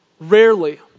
Rarely